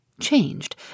Changed